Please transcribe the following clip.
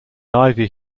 ivy